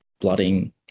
blooding